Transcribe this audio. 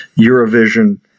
Eurovision